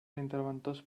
interventors